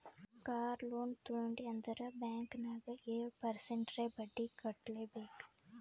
car loan ತೊಂಡಿ ಅಂದುರ್ bank ನಾಗ್ ಏಳ್ ಪರ್ಸೆಂಟ್ರೇ ಬಡ್ಡಿ ಕಟ್ಲೆಬೇಕ್